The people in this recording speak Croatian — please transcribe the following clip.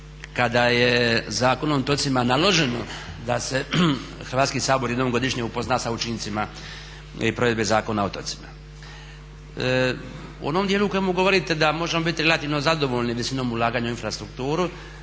kada je Zakonom o otocima naloženo da se Hrvatski sabor jednom godišnje upozna s učincima provedbe Zakona o otocima. U onom dijelu u kojem govorite da možemo biti relativno zadovoljni visinom ulaganja u infrastrukturu